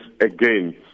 again